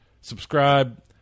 subscribe